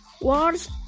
words